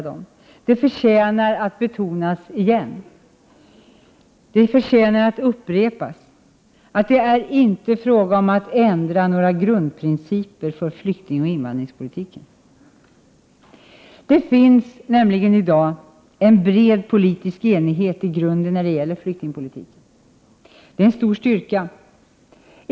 Det förtjänar att betonas igen att det inte är fråga om ändra några grundprinciper för flyktingoch invandringspolitiken. Det finns i dag i grunden en bred politisk enighet när det gäller flyktingpolitiken. Det är en stor styrka.